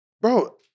Bro